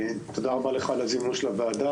תודה רבה לך על הזימון של הוועדה,